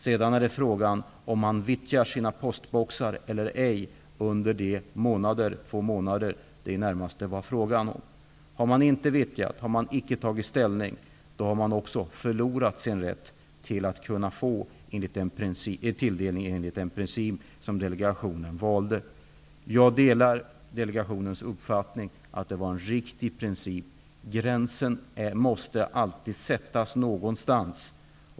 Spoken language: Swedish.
Sedan är det fråga om dessa företag vittjar sina postboxar eller inte under de två månader som det var fråga om. Om de inte har gjort det och inte har tagit ställning, har de också förlorat sin rätt att få tilldelning enligt den princip som delegationen valde. Jag delar delegationens uppfattning att det var en riktig princip. Gränsen måste alltid sättas någonstans.